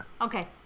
Okay